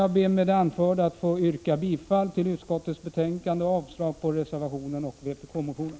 Jag ber med det anförda att få yrka bifall till utskottets hemställan och avslag på reservationen och vpk-motionen.